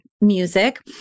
music